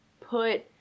put